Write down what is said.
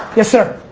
yes, sir.